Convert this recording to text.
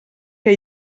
que